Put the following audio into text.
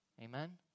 Amen